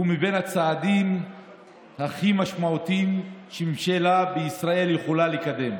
הוא מבין הצעדים הכי משמעותיים שממשלה בישראל יכולה לקדם.